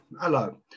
Hello